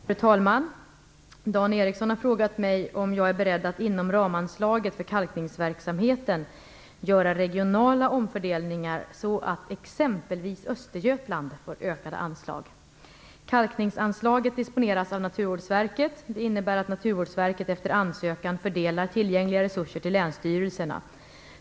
Fru talman! Dan Ericsson har frågat mig om jag är beredd att inom ramanslaget för kalkningsverksamheten göra regionala omfördelningar så att exempelvis Kalkningsanslaget disponeras av Naturvårdsverket. Det innebär att Naturvårdsverket efter ansökan fördelar tillgängliga resurser till länsstyrelserna.